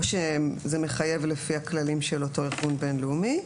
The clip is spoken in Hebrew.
או שזה מחייב לפי הכללים של אותו ארגון בין-לאומי,